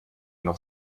noch